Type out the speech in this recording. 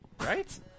Right